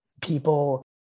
people